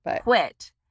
quit